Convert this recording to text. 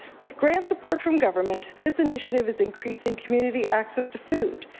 with grant support from government, this initiative is increasing community access to food,